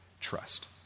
trust